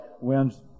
winds